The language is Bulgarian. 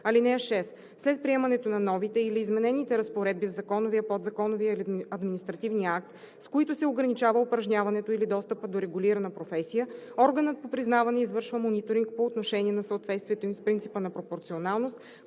начин. (6) След приемането на новите или изменените разпоредби в законовия, подзаконовия или административния акт, с които се ограничава упражняването или достъпът до регулирана професия, органът по признаване извършва мониторинг по отношение на съответствието им с принципа на пропорционалност,